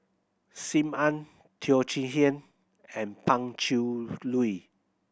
Sim Ann Teo Chee Hean and Pan Cheng Lui